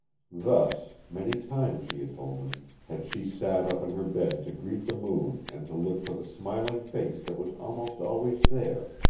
thus many times, she had told him had she sat up in her bed to greet the moon and to look for the smiling face that was almost always there,